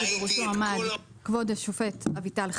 שבראשו עמד כבוד השופט אביטל חן,